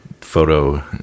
photo